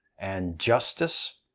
and justice,